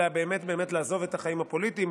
אלא באמת לעזוב את החיים הפוליטיים,